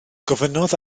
gofynnodd